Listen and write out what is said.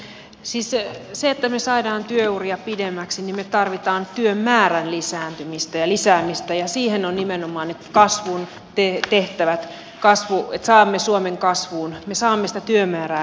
siis jotta me saamme työuria pidemmäksi me tarvitsemme työn määrän lisääntymistä ja lisäämistä ja siihen ovat nimenomaan ne kasvun tehtävät että saamme suomen kasvuun me saamme sitä työmäärää lisättyä